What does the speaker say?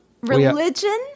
Religion